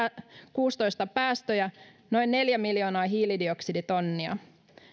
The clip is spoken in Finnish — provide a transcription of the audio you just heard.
päästöjä noin neljä miljoonaa hiilidioksiditonnia